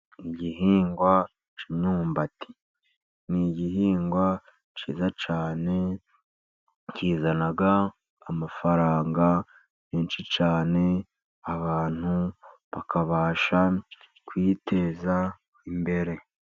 Igihingwa cy'imyumbati ni igihingwa cyiza cyane, kizana amafaranga menshi cyane. Abantu bakabasha kwiteza imbere.